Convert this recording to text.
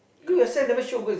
correct correct